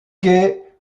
quai